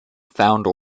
founder